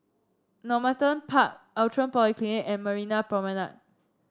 Normanton Park Outram Polyclinic and Marina Promenade